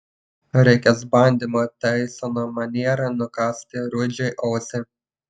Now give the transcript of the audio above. reikės bandymo taisono maniera nukąsti rudžiui ausį